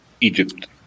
Egypt